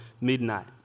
midnight